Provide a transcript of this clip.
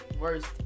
worst